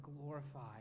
glorified